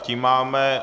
Tím máme....